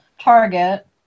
target